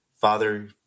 father